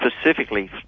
specifically